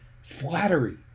Flattery